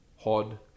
Hod